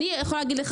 אני יכולה להגיד לך,